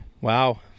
wow